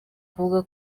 kuvuga